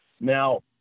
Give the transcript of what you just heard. now